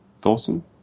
Thorson